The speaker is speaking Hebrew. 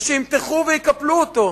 שימתחו ויקפלו אותו,